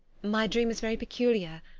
my dream was very peculiar,